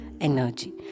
energy